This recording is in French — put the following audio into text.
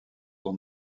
son